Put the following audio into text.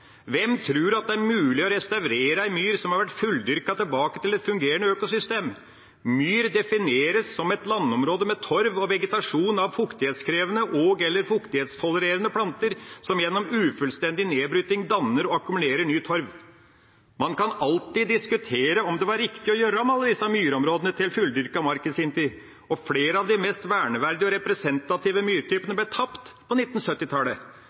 Hvem tror at det er mulig å restaurere ei myr som har vært fulldyrket, tilbake til et fungerende økosystem? Myr defineres som et landområde med torv og vegetasjon av fuktighetskrevende og/eller fuktighetstolererende planter som gjennom ufullstendig nedbryting danner og akkumulerer ny torv. Man kan alltid diskutere om det var riktig å gjøre om alle disse myrområdene til fulldyrket mark i sin tid, og flere av de mest verneverdige og representative myrtypene ble tapt på